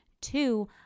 Two